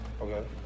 Okay